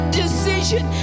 decision